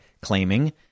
claiming